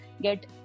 get